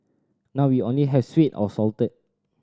now we only have sweet or salted